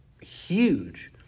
huge